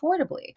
affordably